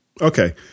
Okay